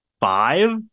five